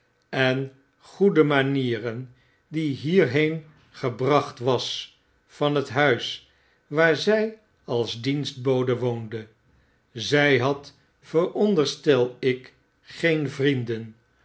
en goede manieren die hierheen gebracht was van het huis waar zij als dienstbode woonde zy had veronderstel ik geen vrienden